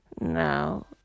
now